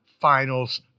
finals